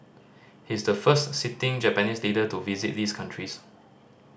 he is the first sitting Japanese leader to visit these countries